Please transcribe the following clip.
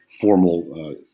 formal